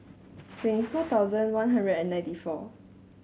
twenty four thousand One Hundred and ninety four